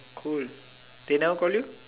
cool they never call you